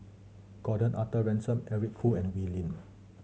Gordon Arthur Ransome Eric Khoo and Wee Lin